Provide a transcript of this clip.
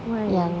why